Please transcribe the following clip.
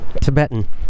tibetan